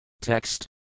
Text